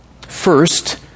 First